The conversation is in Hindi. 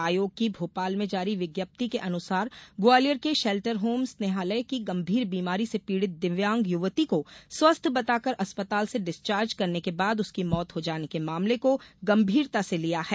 आयोग की भोपाल में जारी विज्ञप्ति के अनुसार ग्वालियर के शेल्टर होम स्नेहालय की गंभीर बीमारी से पीड़ित दिव्यांग युवती को स्वस्थ बताकर अस्पताल से डिस्चार्ज करने के बाद उसकी मौत हो जाने के मामले को गंभीरता से लिया है